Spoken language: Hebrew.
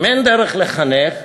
אם אין דרך לחנך,